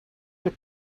your